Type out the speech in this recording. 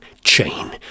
chain